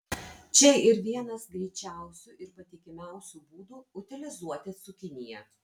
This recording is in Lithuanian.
čia yr vienas greičiausių ir patikimiausių būdų utilizuoti cukiniją